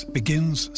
begins